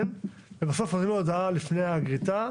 ובסוף נותנים לו הודעה לפני הגריטה.